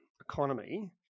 economy